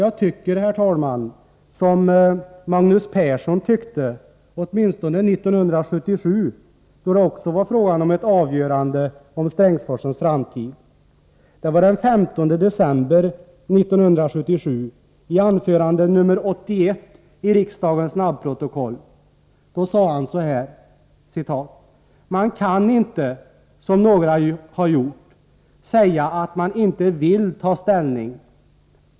Jag delar den uppfattning som Magaus Persson hade, åtminstone 1977, då det också var fråga om ett avgörande för Strängsforsens framtid. Det var den 15 december 1977. I anförande nr 81 i riksdagens snabbprotokoll sade han så här: ”Man kan inte, som några har gjort, säga att man inte vill ta ställning.